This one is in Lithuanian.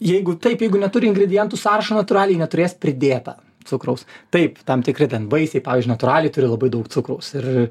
jeigu taip jeigu neturi ingredientų sąrašo natūraliai neturės pridėta cukraus taip tam tikri ten vaisiai pavyzdžiui natūraliai turi labai daug cukraus ir